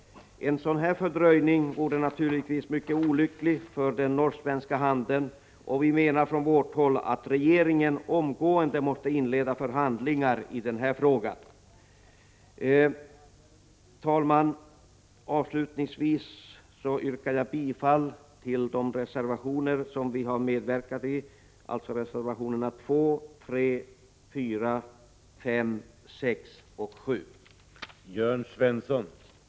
En sådan fördröjning vore naturligtvis mycket olycklig för den norsk-svenska handeln, och vi menar från vårt håll att regeringen omgående måste inleda förhandlingar i den här frågan. Herr talman! Jag yrkar bifall till de reservationer som vi medverkat till, alltså reservationerna 2, 3, 4, 5, 6 och 7.